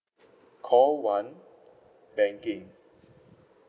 call one banking